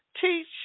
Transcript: teach